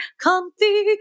comfy